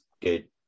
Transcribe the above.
good